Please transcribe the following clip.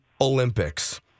Olympics